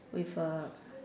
with a